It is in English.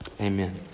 Amen